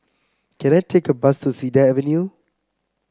can I take a bus to Cedar Avenue